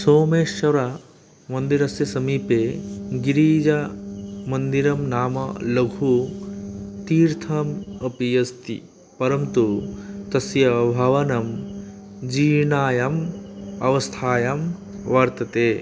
सोमेश्वरमन्दिरस्य समीपे गिरिजामन्दिरं नाम लघु तीर्थम् अपि अस्ति परन्तु तस्य भवनं जीर्णायाम् अवस्थायां वर्तते